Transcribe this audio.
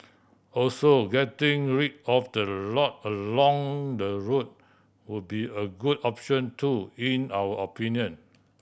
also getting rid of the lot along the road would be a good option too in our opinion